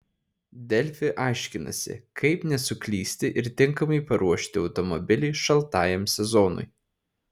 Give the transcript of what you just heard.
delfi aiškinasi kaip nesuklysti ir tinkamai paruošti automobilį šaltajam sezonui